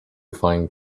find